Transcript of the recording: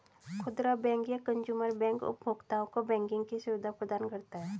खुदरा बैंक या consumer bank उपभोक्ताओं को बैंकिंग की सुविधा प्रदान करता है